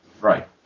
Right